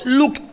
look